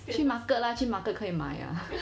去 market lah 去 market 可以买呀